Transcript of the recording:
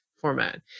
format